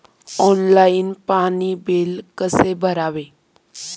Online पाणी bill कसे भरावे?